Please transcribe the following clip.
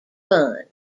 fund